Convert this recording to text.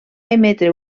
emetre